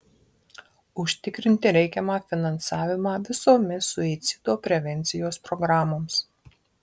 užtikrinti reikiamą finansavimą visomis suicido prevencijos programoms